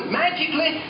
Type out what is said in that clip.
magically